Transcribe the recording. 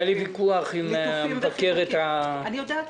היה לי ויכוח עם המבקרת -- אני יודעת,